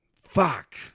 Fuck